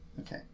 Okay